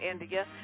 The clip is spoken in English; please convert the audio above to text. India